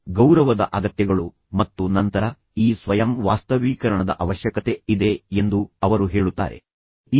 ತನ್ನ ಸ್ವಂತ ಮಕ್ಕಳಿಗೆ ಮತ್ತು ನಂತರ ಅವನು ನಾನಲ್ಲ ಎಂದು ಹೇಳುತ್ತಾನೆ